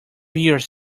years